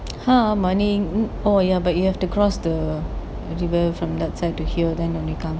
ha morning or ya but you have to cross the river from that side to here then only come